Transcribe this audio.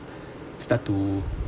start to